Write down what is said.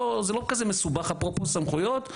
זה לא כזה מסובך אפרופו סמכויות,